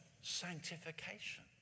sanctification